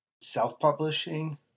self-publishing